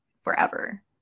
forever